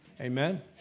Amen